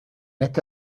este